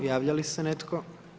Javlja li se netko?